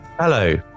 Hello